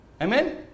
Amen